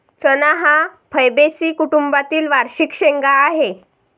चणा हा फैबेसी कुटुंबातील वार्षिक शेंगा आहे